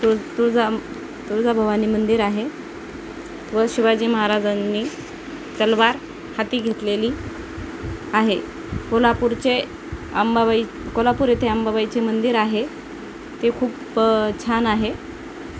तुळ तुळजा तुळजा भवानी मंदिर आहे व शिवाजी महाराजांनी तलवार हाती घेतलेली आहे कोल्हापूरचे अंबाबाई कोल्हापूर येथे अंबाबाईचे मंदिर आहे ते खूप छान आहे